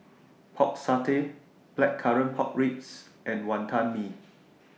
Pork Satay Blackcurrant Pork Ribs and Wonton Mee